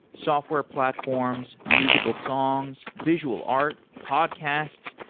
software platforms, musical songs, visual art, podcasts,